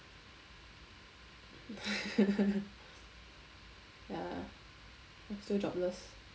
ya I'm still jobless